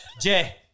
Jay